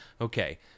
Okay